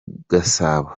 gasabo